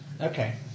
Okay